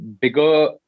bigger